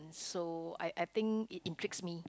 so I I think it intrigues me